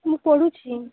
ମୁଁ ପଢ଼ୁଛି